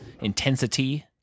intensity